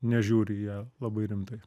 nežiūriu į ją labai rimtai